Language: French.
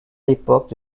l’époque